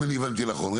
אם אני הבנתי נכון.